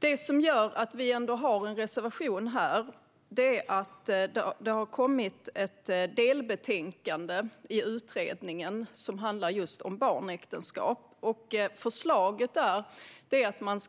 Det som gör att vi ändå har en reservation här är att det har kommit ett delbetänkande i utredningen som handlar just om barnäktenskap. Förslaget är att man